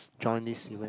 join this event